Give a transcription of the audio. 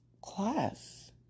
class